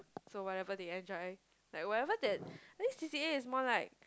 so whatever they enjoy like whatever that I think C_C_A is more like